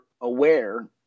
aware